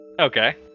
Okay